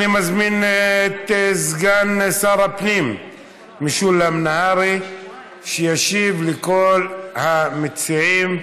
אני מזמין את סגן שר הפנים משולם נהרי להשיב לכל המציעים,